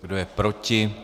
Kdo je proti?